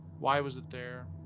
why was it there?